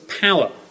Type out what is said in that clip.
power